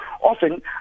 often